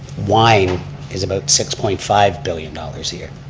wine is about six point five billion dollars a year.